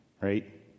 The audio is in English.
right